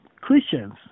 Christians